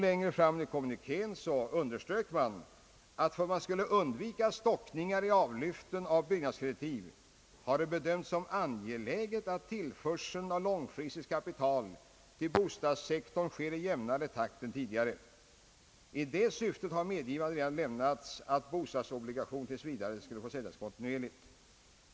Längre fram i kommunikén underströks att för att undvika stockningar i avlyften av byggnadskreditiv hade det bedömts som angeläget, att tillförseln av långfristigt kapital till bostadssektorn sker i jämnare takt än tidigare. I det syftet har medgivande redan lämnats att bostadsobligationer tills vidare skall få säljas kontinuerligt.